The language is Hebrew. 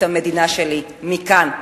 את המדינה שלי מכאן,